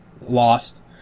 lost